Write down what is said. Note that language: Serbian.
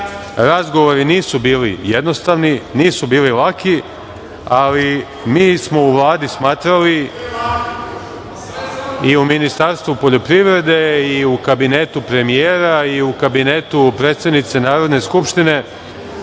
Razgovori nisu bili jednostavni, nisu bili laki, ali mi smo u Vladi smatrali i u Ministarstvu poljoprivrede i u kabinetu premijera i u kabinetu predsednice Narodne skupštine,